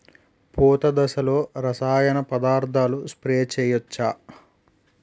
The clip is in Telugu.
పూత దశలో రసాయన పదార్థాలు స్ప్రే చేయచ్చ?